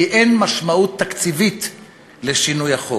כי אין משמעות תקציבית לשינוי החוק.